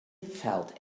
felt